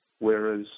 Whereas